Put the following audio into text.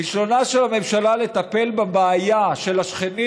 כישלונה של הממשלה לטפל בבעיה של השכנים